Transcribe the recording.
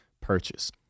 purchase